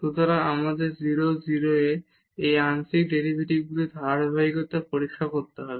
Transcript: সুতরাং আমাদের 0 0 এ এই আংশিক ডেরিভেটিভগুলির ধারাবাহিকতা পরীক্ষা করতে হবে